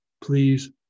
please